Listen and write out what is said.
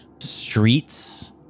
streets